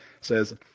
says